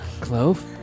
Clove